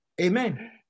Amen